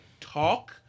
talk